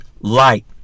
light